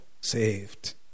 saved